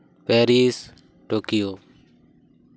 Paris Tokyo